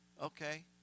Okay